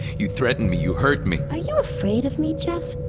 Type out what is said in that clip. you threatened me, you hurt me ah you afraid of me, geoff?